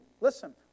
listen